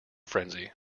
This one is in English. frenzy